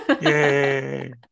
Yay